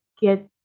get